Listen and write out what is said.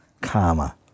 Karma